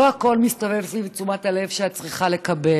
לא הכול מסתובב סביב תשומת הלב שאת צריכה לקבל